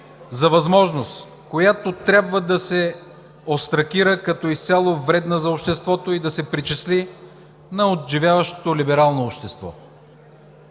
за възможност, която трябва да се остракира като изцяло вредна за обществото и да се причисли на отживяващото либерално общество.